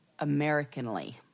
Americanly